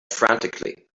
frantically